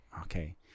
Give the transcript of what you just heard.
okay